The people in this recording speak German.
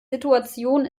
situation